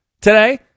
today